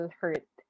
hurt